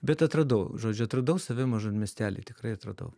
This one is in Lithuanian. bet atradau žodžiu atradau save mažam miestely tikrai atradau